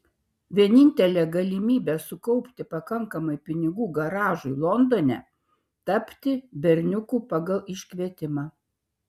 vienintelė galimybė sukaupti pakankamai pinigų garažui londone tapti berniuku pagal iškvietimą